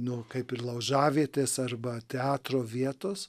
nu kaip ir laužavietės arba teatro vietos